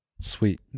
sweet